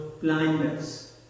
blindness